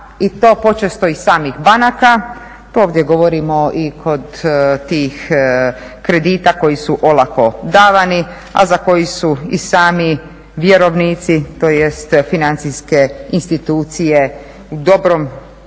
i to počesto i samih banaka. To ovdje govorimo i kod tih kredita koji su olako davani, a za koji su i sami vjerovnici, tj. financijske institucije dobroj